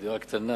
או דירה קטנה,